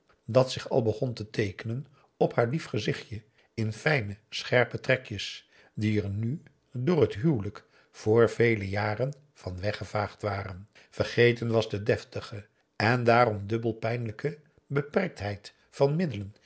dat zich al begon te teekenen op haar lief gezichtje in fijne scherpe trekjes die er nu door het huwelijk voor vele jaren van weggevaagd waren vergeten was de deftige en daarom dubbel pijnlijke beperktheid van middelen